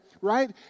right